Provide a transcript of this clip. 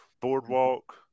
boardwalk